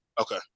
Okay